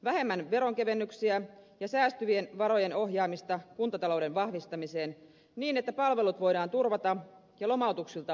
vähemmän veronkevennyksiä ja siitä säästyvien varojen ohjaamista kuntatalouden vahvistamiseen niin että palvelut voidaan turvata ja lomautuksilta vältytään